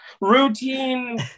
routine